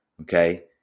okay